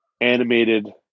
animated